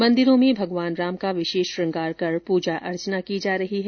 मंदिरों में भगवान राम का विशेष श्रंगार कर पूजा अर्चना की जा रही है